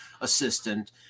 assistant